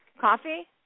coffee